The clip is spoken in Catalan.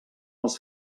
els